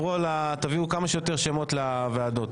תביאו כמה שיותר שמות לוועדות,